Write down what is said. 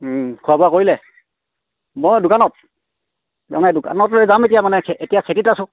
খোৱা বোৱা কৰিলে মই দোকানত মানে দোকানত লৈ যাম এতিয়া মানে এতিয়া খেতিত আছো